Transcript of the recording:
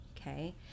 Okay